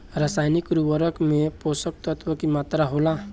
रसायनिक उर्वरक में पोषक तत्व की मात्रा होला?